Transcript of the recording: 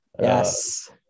Yes